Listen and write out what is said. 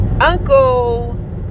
Uncle